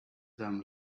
them